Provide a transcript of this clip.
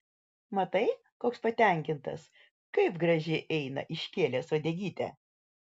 matai koks patenkintas kaip gražiai eina iškėlęs uodegytę